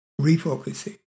refocusing